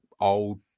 old